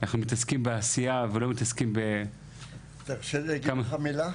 מתעסקים בעשייה ולא מתעסקים בכמה --- תרשה לי להגיד לך מילה,